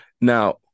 now